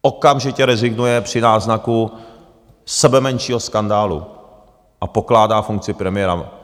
Okamžitě rezignuje při náznaku sebemenšího skandálu a pokládá funkci premiéra.